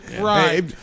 Right